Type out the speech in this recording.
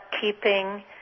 keeping